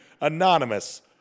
Anonymous